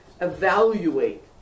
Evaluate